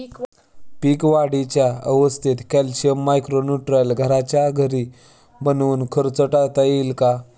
पीक वाढीच्या अवस्थेत calcium, micro neutron घरच्या घरी बनवून खर्च टाळता येईल का?